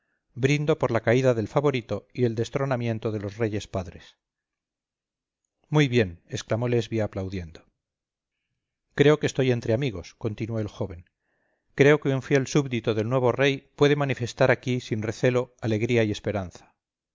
brindo por la caída del favorito y el destronamiento de los reyes padres muy bien exclamó lesbia aplaudiendo creo que estoy entre amigos continuó el joven creo que un fiel súbdito del nuevo rey puede manifestar aquí sin recelo alegría y esperanza